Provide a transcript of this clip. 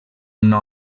una